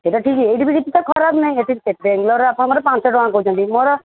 ସେଇଟା ଠିକ୍ ଏଇଠି ବି କିଛି ତ ଖରାପ ନାହିଁ ଏଠି ବି ବେଙ୍ଗଲୋର୍ରେ ଆପଣଙ୍କର ପାଞ୍ଚଟଙ୍କା କହୁଛନ୍ତି ମୋର